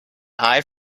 eye